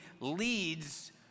leads